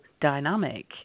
dynamic